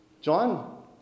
John